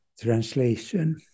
translation